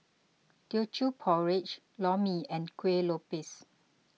Teochew Porridge Lor Mee and Kueh Lopes